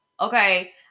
okay